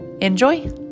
Enjoy